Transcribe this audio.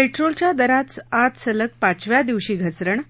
पेट्रोलच्या दरात आज सलग पाचव्या दिवशी घसरण